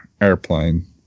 airplane